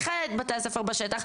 אני חיה את בתי הספר בשטח.